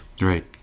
Right